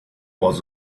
was